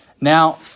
Now